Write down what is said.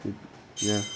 it ya